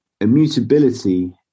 Immutability